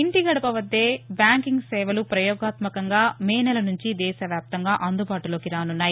ఇంటి గడపవద్దకే బ్యాంకింగ్ సేవలు ప్రయోగాత్నకంగా మే నెల నుంచి దేశ వ్యాప్తంగా అందుబాటులోకి రాసున్నాయి